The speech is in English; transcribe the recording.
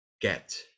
get